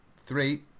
Three